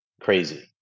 crazy